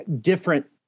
different